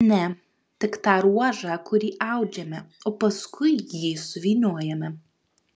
ne tik tą ruožą kurį audžiame o paskui jį suvyniojame